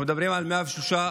אנחנו מדברים על 103 הרוגים